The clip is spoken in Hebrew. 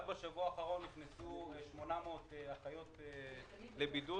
רק בשבוע האחרון נכנסו 800 אחיות לבידוד